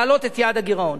להעלות את יעד הגירעון.